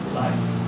life